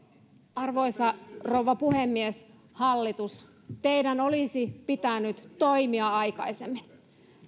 arvoisa rouva puhemies hallitus teidän olisi pitänyt toimia aikaisemmin